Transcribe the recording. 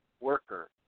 worker